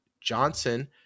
johnson